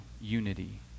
unity